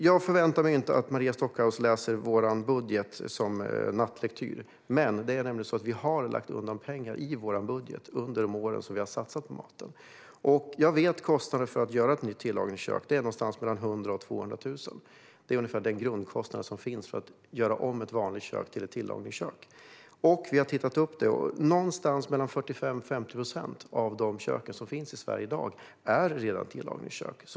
Jag förväntar mig inte att Maria Stockhaus läser vår budget som nattlektyr, men vi har lagt undan pengar i vår budget för att satsa på maten. Jag vet kostnaden för att bygga ett nytt tillagningskök, vilket är någonstans mellan 100 000 och 200 000. Det är grundkostnaden för att göra om ett vanligt kök till ett tillagningskök. 45-50 procent av de kök som finns i Sverige i dag är redan tillagningskök.